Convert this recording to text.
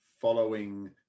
following